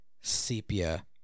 sepia